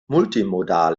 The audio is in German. multimodal